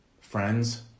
Friends